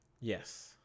Yes